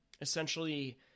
essentially